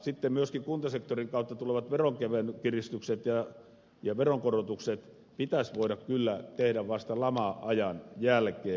sitten myöskin kuntasektorin kautta tulevat veronkiristykset ja veronkorotukset pitäisi voida kyllä tehdä vasta lama ajan jälkeen